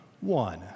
one